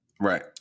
Right